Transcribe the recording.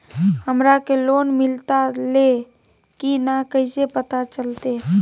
हमरा के लोन मिलता ले की न कैसे पता चलते?